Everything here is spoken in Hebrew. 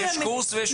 יש קורסים ויש מרצים,